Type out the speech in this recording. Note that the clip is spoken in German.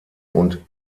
und